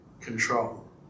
control